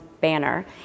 banner